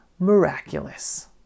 miraculous